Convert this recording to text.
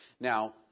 Now